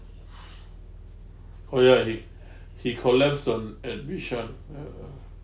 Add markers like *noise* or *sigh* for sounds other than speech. oh ya already *breath* he collapsed on and which ah uh